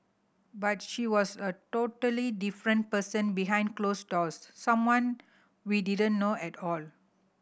but she was a totally different person behind closed doors someone we didn't know at all